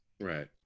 Right